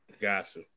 Gotcha